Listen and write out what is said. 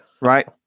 right